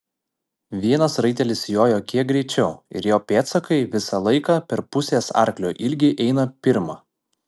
vienas raitelis jojo kiek greičiau ir jo pėdsakai visą laiką per pusės arklio ilgį eina pirma